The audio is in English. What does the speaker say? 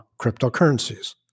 cryptocurrencies